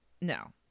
no